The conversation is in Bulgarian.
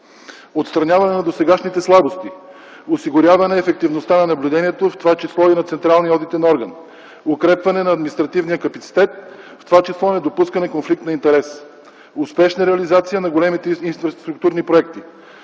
отстраняване на досегашните слабости; осигуряване ефективността на наблюдението, в това число и на централния одитен орган; укрепване на административния капацитет, в това число недопускане конфликт на интереси; успешна реализация на големите инфраструктурни проекти;